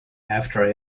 after